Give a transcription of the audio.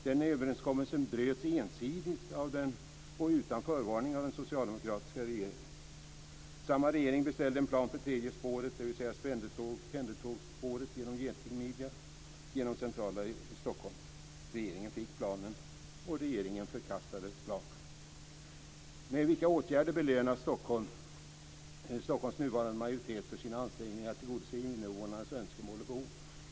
Den överenskommelsen bröts ensidigt och utan förvarning av den socialdemokratiska regeringen. Samma regering beställde en plan för det tredje spåret, dvs. pendeltågsspåret genom den s.k. getingmidjan genom centrala Stockholm. Regeringen fick planen, och regeringen förkastade planen. Med vilka åtgärder belönas Stockholms nuvarande majoritet för sina ansträngningar att tillgodose innevånarnas önskemål och behov?